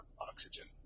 oxygen